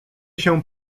się